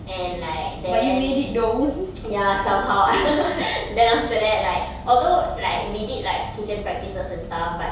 and like then ya somehow then after that like although like we did like kitchen practices and stuff but